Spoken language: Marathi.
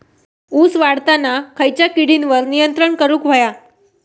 ऊस वाढताना खयच्या किडींवर नियंत्रण करुक व्हया?